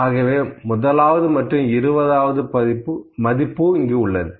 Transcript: ஆகவே முதலாவது மற்றும் இருபதாவது மதிப்பு இங்கு உள்ளது